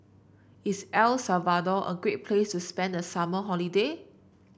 is El Salvador a great place to spend the summer holiday